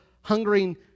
hungering